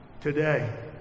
today